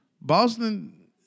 Boston